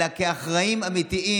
אלא כאחראים אמיתיים.